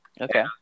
Okay